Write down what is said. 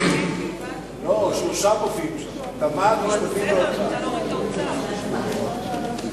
שלושה מופיעים שם, תמ"ת, אוצר, משפטים.